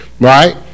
Right